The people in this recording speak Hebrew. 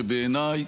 שבעיניי